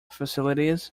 facilities